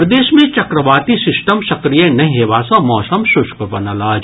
प्रदेश मे चक्रवाती सिस्टम सक्रिय नहि हेबा सँ मौसम शुष्क बनल अछि